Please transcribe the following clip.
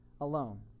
alone